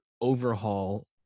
overhaul